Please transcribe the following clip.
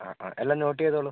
അ അ എല്ലാം നോട്ട് ചെയ്തോളു